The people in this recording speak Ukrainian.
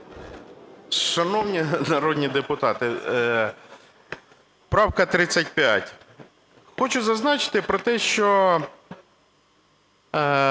Шановні народні депутати, правка 35. Хочу зазначити про те, що